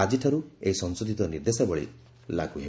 ଆକିଠାରୁ ଏହି ସଂଶୋଧିତ ନିର୍ଦ୍ଦେଶାବଳୀ ଲାଗୁ ହେବ